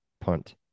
punt